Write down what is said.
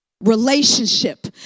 relationship